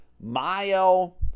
Mayo